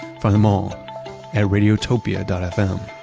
find them all at radiotopia and fm.